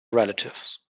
relatives